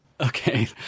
Okay